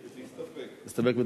להסתפק.